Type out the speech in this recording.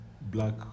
black